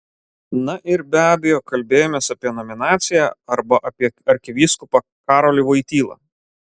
na ir be abejo kalbėjomės apie nominaciją arba apie arkivyskupą karolį voitylą